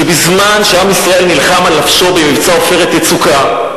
שבזמן שעם ישראל נלחם על נפשו במבצע "עופרת יצוקה",